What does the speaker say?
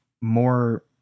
more